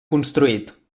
construït